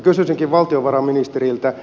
kysyisinkin valtiovarainministeriltä